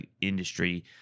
industry